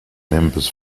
members